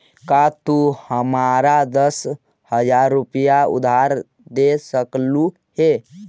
का तू हमारा दस हज़ार रूपए उधार दे सकलू हे?